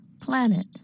Planet